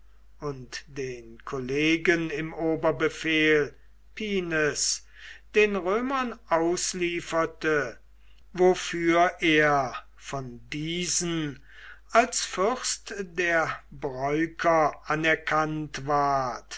und den kollegen im oberbefehl pinnes den römern auslieferte wofür er von diesen als fürst der breuker anerkannt ward